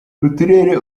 uturere